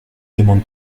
demande